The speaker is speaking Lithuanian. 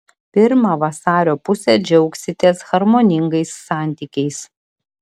pirmą vasario pusę džiaugsitės harmoningais santykiais